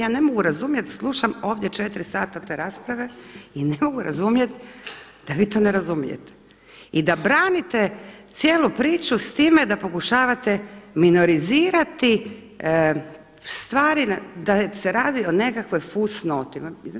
Ja ne mogu razumjeti, slušam ovdje 4 sata te rasprave i ne mogu razumjet da vi to ne razumijete i da branite cijelu priču s time da pokušavate minorizirati stvari da se radi o nekakvoj fusnoti.